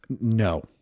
No